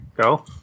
go